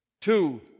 Two